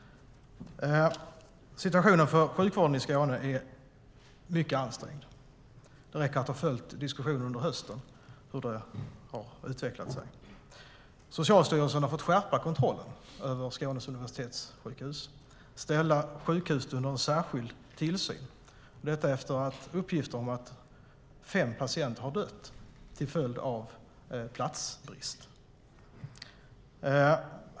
Situationen för sjukvården i Skåne är mycket ansträngd. Det räcker med att ha följt diskussionen under hösten för att se hur det har utvecklat sig. Socialstyrelsen har fått skärpa kontrollen över Skånes universitetssjukhus och ställa sjukhuset under särskild tillsyn, detta efter att uppgifter om att fem patienter har dött till följd av platsbrist.